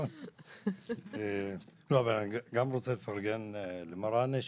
אני רוצה לפרגן גם לחברת הכנסת מראענה,